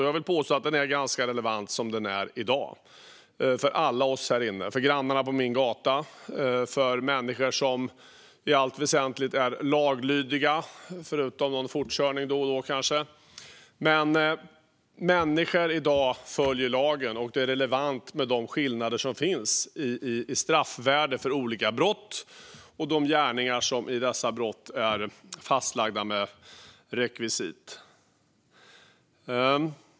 Jag vill påstå att den så som den ser ut i dag är relevant för alla oss här inne, för grannarna på min gata och för människor som i allt väsentligt - kanske förutom någon fortkörning då och då - är laglydiga. Människor i dag följer lagen, och de skillnader som finns i straffvärdet är relevanta för olika brott och de gärningar som i dessa brott är fastlagda med rekvisit.